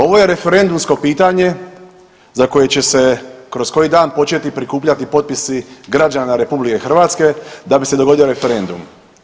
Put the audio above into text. Ovo je referendumsko pitanje za koje će se kroz koji dan početi prikupljati potpisi građana RH da bi se dogodio referendum.